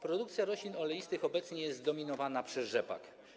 Produkcja roślin oleistych obecnie jest zdominowana przez rzepak.